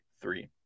three